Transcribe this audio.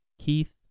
Keith